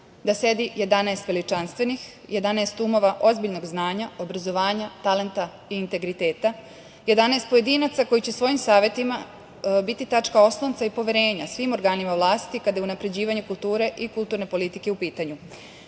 da sedi 11 veličanstvenih, 11 umova ozbiljnog znanja, obrazovanja, talenta i integriteta. Jedanaest pojedinaca koji će svojim savetima biti tačka oslonca i poverenja svim organima vlasti kada je unapređivanje kulture i kulturne politike u pitanju. Ključne